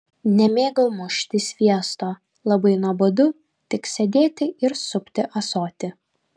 nemėgau mušti sviesto labai nuobodu tik sėdėti ir supti ąsotį